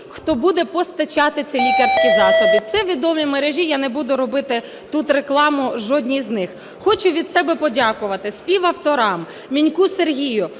хто буде постачати ці лікарські засоби. Це відомі мережі, я не буду робити тут рекламу жодній з них. Хочу від себе подякувати співавторам: Міньку Сергію,